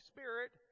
Spirit